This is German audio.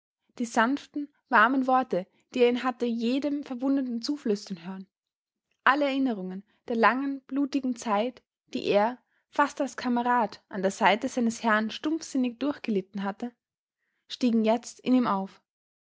die sanften warmen worte die er ihn hatte jedem verwundeten zuflüstern hören alle erinnerungen der langen blutigen zeit die er fast als kamerad an der seite seines herrn stumpfsinnig durchgelitten hatte stiegen jetzt in ihm auf